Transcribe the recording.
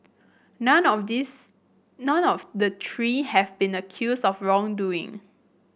none of this none of the three have been accused of wrongdoing